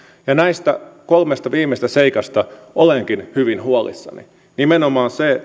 näistä kolmesta viimeisestä seikasta olenkin hyvin huolissani kun nimenomaan se